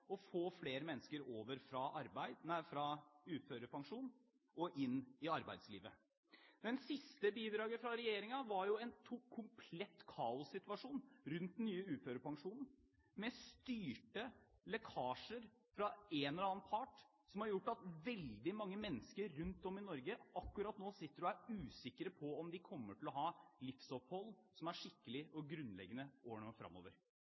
å få flere mennesker over fra uførepensjon og inn i arbeidslivet. Det siste bidraget fra regjeringen var en komplett kaossituasjon rundt den nye uførepensjonen, med styrte lekkasjer fra en eller annen part som har gjort at veldig mange mennesker rundt om i Norge akkurat nå sitter og er usikre på om de kommer til å ha et livsopphold som er skikkelig og grunnleggende i årene framover.